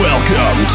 Welcome